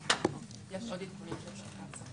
יש עוד עדכונים של קצא"א.